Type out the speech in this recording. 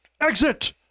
exit